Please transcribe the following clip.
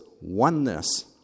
oneness